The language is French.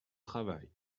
travail